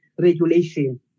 regulation